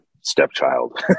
stepchild